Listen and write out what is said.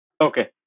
Okay